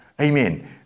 Amen